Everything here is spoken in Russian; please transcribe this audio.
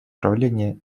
управления